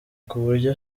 kuburyo